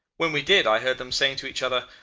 when we did i heard them saying to each other,